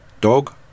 dog